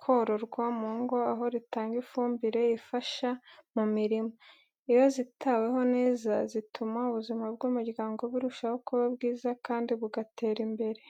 kororwa mu ngo aho ritanga ifumbire ifasha mu mirima. Iyo zitaweho neza zituma ubuzima bw’umuryango burushaho kuba bwiza, kandi bugatera imbere.